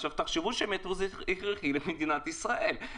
תחשבו שמטרו זה הכרחי למדינת ישראל.